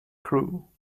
crew